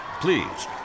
Please